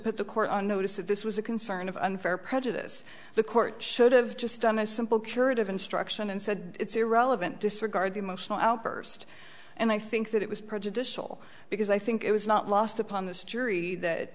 put the court on notice that this was a concern of unfair prejudice the court should have just done a simple curative instruction and said it's irrelevant disregard emotional outburst and i think that it was prejudicial because i think it was not lost upon this jury that